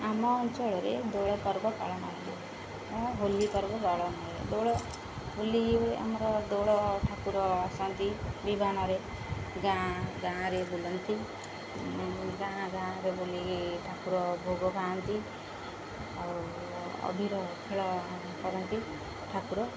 ଆମ ଅଞ୍ଚଳରେ ଦୋଳ ପର୍ବ ପାଳନ ହୁଏ ଓ ହୋଲି ପର୍ବ ପାଳନ ହେଲା ଦୋଳ ହୋଲି ଆମର ଦୋଳ ଠାକୁର ଆସନ୍ତି ବିମାନରେ ଗାଁ ଗାଁରେ ବୁଲନ୍ତି ଗାଁ ଗାଁରେ ବୁଲିକି ଠାକୁର ଭୋଗ ପାଆନ୍ତି ଆଉ ଅବିର ଖେଳ କରନ୍ତି ଠାକୁର